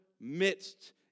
midst